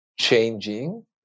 changing